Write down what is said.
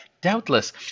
doubtless